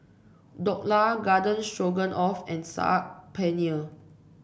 Dhokla Garden Stroganoff and Saag Paneer